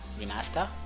remaster